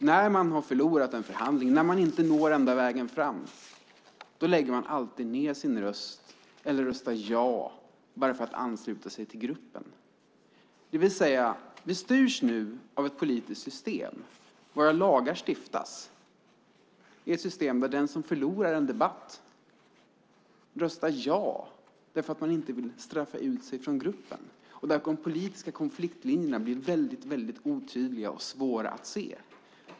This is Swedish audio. När man har förlorat en förhandling, när man inte når ända fram, lägger man ned sin röst eller röstar ja för att ansluta sig till gruppen. Vi styrs nu, och våra lagar stiftas, av ett politiskt system där den som förlorar en debatt röstar ja för att man inte vill straffa ut sig från gruppen. De politiska konfliktlinjerna blir väldigt otydliga och svåra att se.